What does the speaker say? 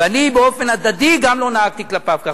ואני באופן הדדי גם לא נהגתי כלפיו כך.